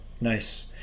Nice